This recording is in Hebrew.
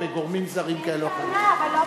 אני אבדוק